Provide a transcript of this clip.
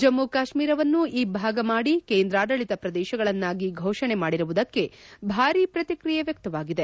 ಜಮ್ನು ಕಾಶ್ವೀರವನ್ನು ಇಬ್ಬಾಗ ಮಾಡಿ ಕೇಂದ್ರಾಡಳಿತ ಪ್ರದೇಶಗಳನ್ನಾಗಿ ಘೋಷಣೆ ಮಾಡಿರುವುದಕ್ಕೆ ಭಾರಿ ಪ್ರತಿಕ್ರಿಯೆ ವ್ಚಕ್ತವಾಗಿದೆ